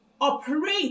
operate